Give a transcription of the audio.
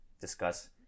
discuss